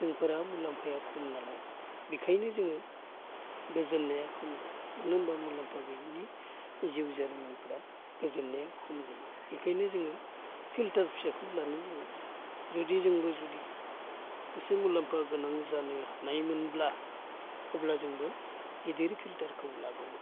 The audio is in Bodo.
जोंफोरा मुलाम्फाया खम नालाय बिखायनो जोङो गोजोननाया खम दं मानो होनब्ला मुलाम्फा गैयिनि जिउ जारिमिनफ्रा गोजोननाया खम जायो इखायनो जोङो फिल्टार फिसाखौ लानो नांगौ जायो जुदि जोंबो जुदि एसे मुलाम्फा गोनां जानो हानायमोनब्ला अब्ला जोंबो गिदिर फिल्टारखौ लागौमोन